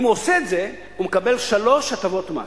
אם הוא עושה את זה, הוא מקבל שלוש הטבות מס: